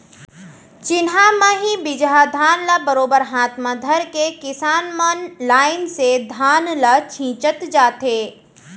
चिन्हा म ही बीजहा धान ल बरोबर हाथ म धरके किसान मन लाइन से धान ल छींचत जाथें